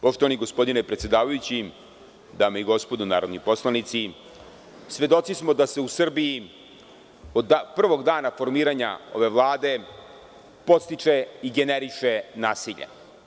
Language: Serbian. Poštovani gospodine predsedavajući, dame i gospodo narodni poslanici, svedoci smo da se u Srbiji od prvog dana formiranja ove Vlade podstiče i generiše nasilje.